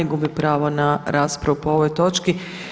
Gubi pravo na raspravu po ovoj točki.